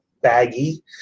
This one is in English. baggy